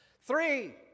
Three